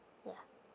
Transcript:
ya